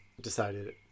decided